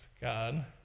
God